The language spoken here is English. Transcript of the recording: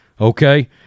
Okay